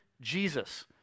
Jesus